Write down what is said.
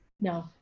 no